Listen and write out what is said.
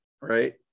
right